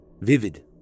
vivid